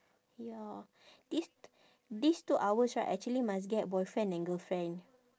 ya this this two hours right actually must get boyfriend and girlfriend